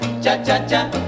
Cha-cha-cha